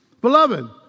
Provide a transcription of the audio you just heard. Beloved